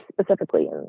specifically